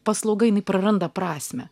paslauga jinai praranda prasmę